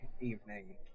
evening